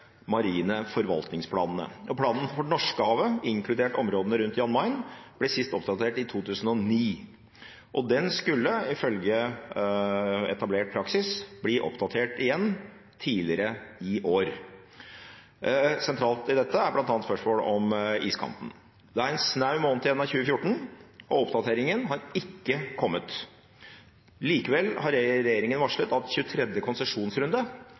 marine forvaltningsplanene, og planen for Norskehavet, inkludert områdene rundt Jan Mayen, ble sist oppdatert i 2009. Den skulle, ifølge etablert praksis, bli oppdatert igjen tidligere i år. Sentralt i dette er bl.a. spørsmålet om iskanten. Det er en snau måned igjen av 2014, og oppdateringen har ikke kommet. Likevel har regjeringen varslet at 23. konsesjonsrunde